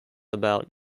about